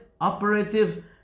operative